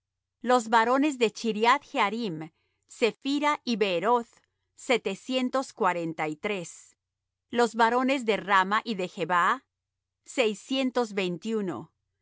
los varones de chriath jearim chephira y beeroth setecientos cuarenta y tres los varones de rama y de gebaa seiscientos veintiuno los